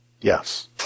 Yes